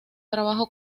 trabajo